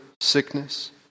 sickness